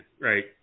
right